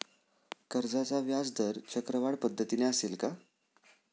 कर्जाचा व्याजदर चक्रवाढ पद्धतीने असेल का?